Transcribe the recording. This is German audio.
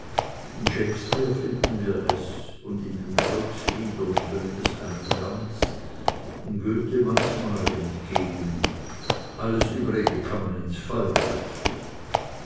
in shakespeare finden wir es und in den volksliedern tönt es einem ganz in goethe manchmal entgegen alles übrige kann man ins feuer werfen